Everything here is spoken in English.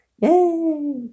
Yay